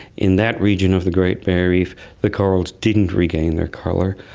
in that region of the great barrier reef the corals didn't regain their colour,